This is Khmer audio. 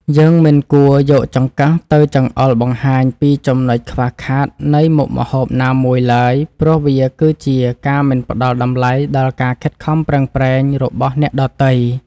យើងមិនគួរយកចង្កឹះទៅចង្អុលបង្ហាញពីចំណុចខ្វះខាតនៃមុខម្ហូបណាមួយឡើយព្រោះវាគឺជាការមិនផ្តល់តម្លៃដល់ការខិតខំប្រឹងប្រែងរបស់អ្នកដទៃ។